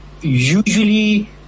usually